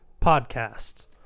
Podcasts